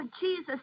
Jesus